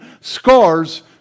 Scars